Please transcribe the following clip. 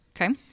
Okay